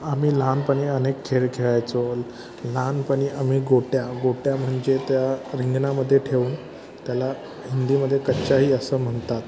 आम्ही लहानपणी अनेक खेळ खेळायचो लहानपणी आम्ही गोट्या गोट्या म्हणजे त्या रिंगणामध्ये ठेवून त्याला हिंदीमध्ये कच्चाही असं म्हणतात